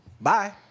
Bye